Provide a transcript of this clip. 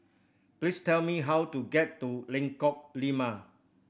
please tell me how to get to Lengkok Lima